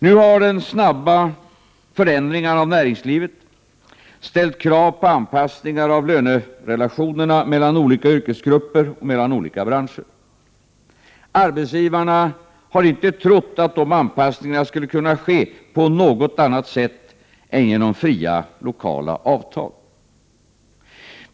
Nu har de snabba förändringarna av näringslivet ställt krav på anpassningar av lönerelationerna mellan olika yrkesgrupper och mellan olika branscher. Arbetsgivarna har inte trott att dessa anpassningar skulle kunna ske på något annat sätt än genom fria lokala avtal.